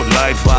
life